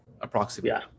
approximately